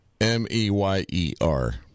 M-E-Y-E-R